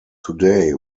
today